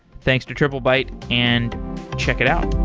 thanks to triplebyte, and check it out.